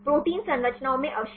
protein संरचनाओं में अवशेष